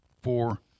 four